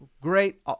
great